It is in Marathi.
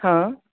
हां